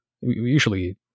usually